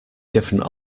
different